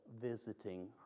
visiting